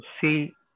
see